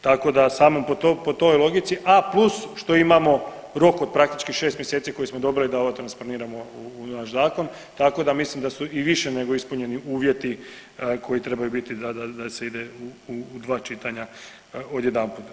Tako da, samo po toj logici A plus što imamo rok od praktički 6 mjeseci koji smo dobili ovo transponiramo u naš zakon, tako da mislim da su i više nego ispunjeni uvjeti koji trebaju biti da se ide u dva čitanja odjedanput.